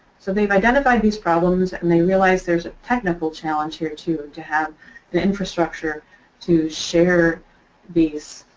so they've identified these problems and they realize there's a technical challenge here, to to have the infrastructure to share these